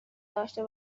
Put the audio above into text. داشته